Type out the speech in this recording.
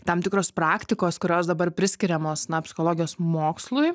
tam tikros praktikos kurios dabar priskiriamos na psichologijos mokslui